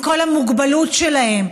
עם כל המוגבלות שלהם,